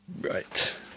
Right